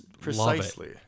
precisely